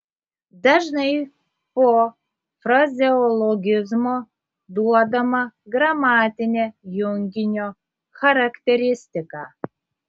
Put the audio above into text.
dažnai po frazeologizmo duodama gramatinė junginio charakteristika